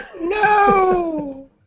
No